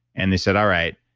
and they said, all right,